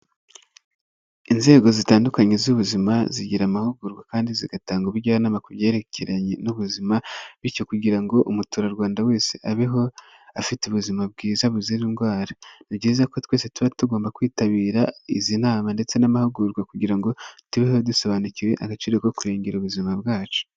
Inzego zitandukanye z'ubuzima zigira amahugurwa kandi zigatanga ubujyanama ku byerekeranye n'ubuzima, bityo kugira ngo umuturarwanda wese abeho afite ubuzima bwiza buzira indwara. Ni byiza ko twese tuba tugomba kwitabira izi nama ndetse n'amahugurwa kugira ngo tubeho dusobanukiwe agaciro ko kurengera ubuzima bwacu.